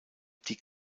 die